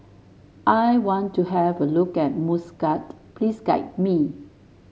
I want to have a look at Muscat please guide me